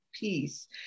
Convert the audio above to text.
peace